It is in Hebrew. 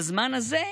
בזמן הזה,